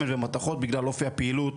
שמן ומתכות בגלל אופי הפעילות